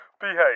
Behave